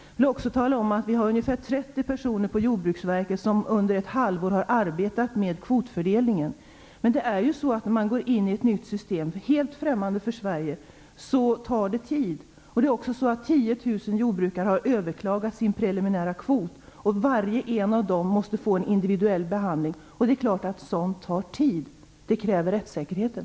Jag vill också tala om att ca 30 personer på Jordbruksverket har arbetat med kvotfördelningen under ett halvår. Det tar tid när man går in i ett nytt system som är helt främmande för Sverige. Dessutom har Varje en av dem måste få en individuell behandling. Det är klart att sådant tar tid. Det kräver rättssäkerheten.